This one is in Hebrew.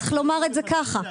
צריך לומר את זה ככה.